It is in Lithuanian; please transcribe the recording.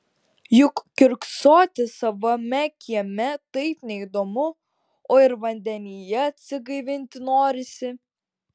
juk kiurksoti savame kieme taip neįdomu o ir vandenyje atsigaivinti norisi